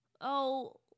Oh